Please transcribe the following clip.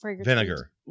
vinegar